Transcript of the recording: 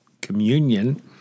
communion